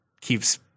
keeps